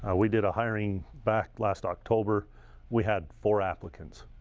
ah we did a hiring back last october we had four applicants.